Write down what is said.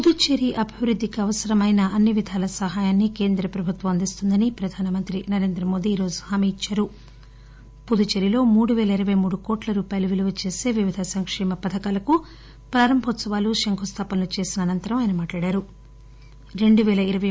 పుదుచ్చేరి అభివృద్ధికి అవసరమైన అన్ని విధాల సహాయం కేంద్ర ప్రభుత్వం అందిస్తుందని ప్రధానమంత్రి నరేంద్రమోదీ ఈరోజు హామీ ఇచ్చారు పుదుచ్చేరిలో మూడువేల ఇరవై మూడు కోట్ల రూపాయలు విలువచేసే వివిధ సంకేమ పథకాలకు ప్రారంభోత్పవాలు శంకుస్థాపనలు చేసిన అనంతరం మాట్లాడుతూ ఆయన ఈ విషయం చెప్పారు